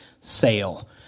sale